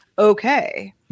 Okay